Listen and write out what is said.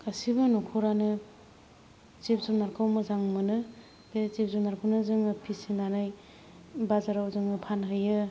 गासैबो न'खरानो जिब जुनारखौ मोजां मोनो बे जिब जुनारखौनो जोङो फिसिनानै बाजाराव जोङो फानहैयो